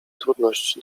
trudność